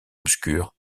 obscur